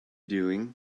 doing